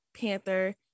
panther